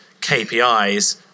kpis